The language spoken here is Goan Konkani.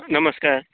नमस्कार